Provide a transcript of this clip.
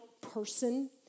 person